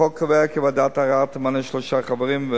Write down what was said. החוק קובע כי ועדת ערר תמנה שלושה חברים,